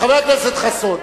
חבר הכנסת חסון,